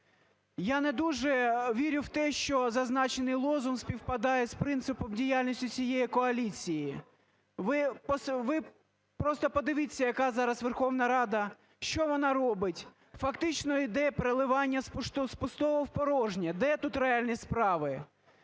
Я не дуже вірю в те, що зазначений лозунг співпадає з принципом діяльності цієї коаліції. Ви просто подивіться, яка зараз Верховна Рада, що вона робить. Фактично йде переливання з пустого в порожнє. Де тут реальні справи?